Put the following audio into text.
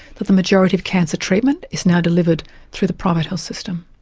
that the majority of cancer treatment is now delivered through the private health system.